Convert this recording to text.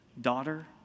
daughter